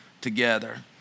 together